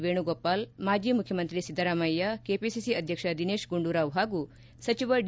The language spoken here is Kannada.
ವೇಣುಗೋಪಾಲ್ ಮಾಜಿ ಮುಖ್ಯಮಂತ್ರಿ ಸಿದ್ದರಾಮಯ್ಯ ಕೆಪಿಸಿಸಿ ಅಧ್ಯಕ್ಷ ದಿನೇಶ್ ಗುಂಡೂರಾವ್ ಹಾಗೂ ಸಚಿವ ಡಿ